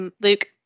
Luke